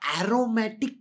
aromatic